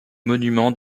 monuments